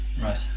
Right